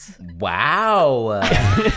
wow